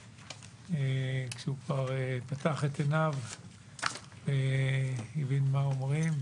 כשהוא כבר פתח את עיניו והבין מה אומרים.